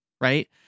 Right